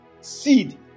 seed